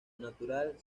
natural